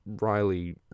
Riley